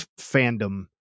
fandom